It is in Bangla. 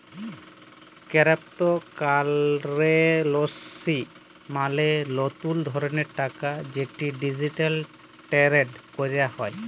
কেরেপ্তকারেলসি মালে লতুল ধরলের টাকা যেট ডিজিটালি টেরেড ক্যরা হ্যয়